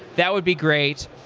that would be great.